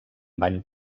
bany